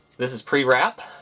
this is pre wrap.